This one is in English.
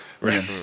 right